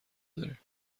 داریم